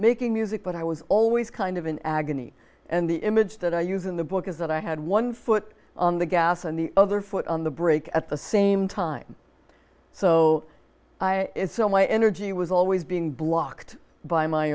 making music but i was always kind of in agony and the image that i use in the book is that i had one foot on the gas and the other foot on the brake at the same time so i so my energy was always being blocked by my